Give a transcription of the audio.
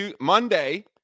Monday